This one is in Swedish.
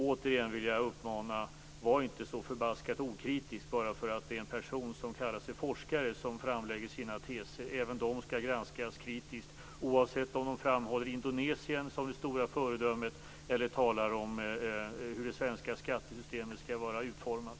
Jag vill återigen uppmana: Var inte så förbaskat okritisk bara för att det är en person som kallar sig forskare som framlägger sina teser. Även de skall granskas kritiskt, oavsett om de framhåller Indonesien som det stora föredömet eller talar om hur det svenska skattesystemet skall vara utformat.